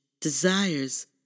desires